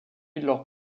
leurs